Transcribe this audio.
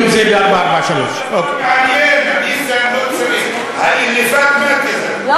ניסן לא צריך.